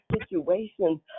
situations